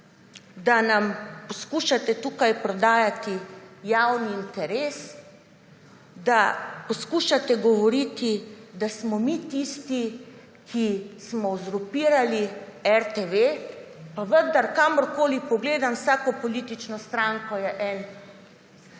da nam poskušate tukaj prodajati javni interes, da poskušate govoriti, da smo mi tisti, ki smo uzurpirali RTV pa vendar kamorkoli pogledam, vsako politično stranko, je en